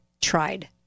tried